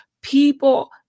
people